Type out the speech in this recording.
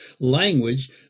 language